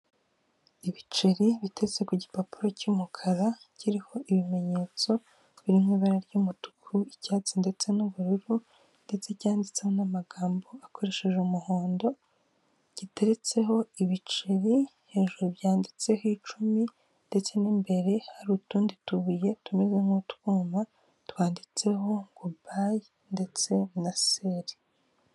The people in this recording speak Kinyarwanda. Ibiceri bitetse ku gipapuro cy'umukara kiriho ibimenyetso biri mu ibara ry'umutuku, icyatsi ndetse n'ubururu, ndetse ryanditse n'amagambo akoresheje umuhondo, giteretseho ibiceri hejuru byanditseho icumi, ndetse n'imbere hari utundi tubuye tumeze nk'utwuma twanditseho ngo bayi ndetse na seri.